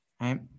right